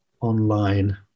online